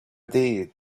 did